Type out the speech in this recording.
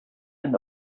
and